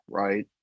right